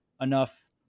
enough